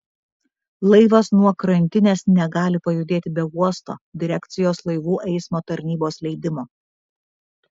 laivas nuo krantinės negali pajudėti be uosto direkcijos laivų eismo tarnybos leidimo